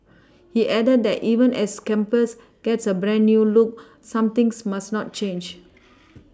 he added that even as campus gets a brand new look some things must not change